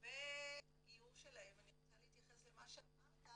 לגבי הגיור שלהם, אני רוצה להתייחס למה שאמרת